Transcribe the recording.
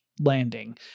landing